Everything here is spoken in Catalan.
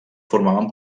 formaven